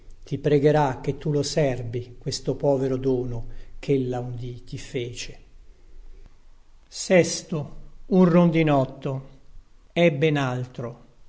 ti pregherà che tu lo serbi questo povero dono chella un dì ti fece è ben altro